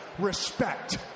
respect